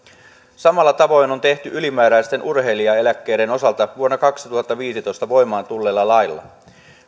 samalla tavoin on tehty ylimääräisten urheilijaeläkkeiden osalta vuonna kaksituhattaviisitoista voimaan tulleella lailla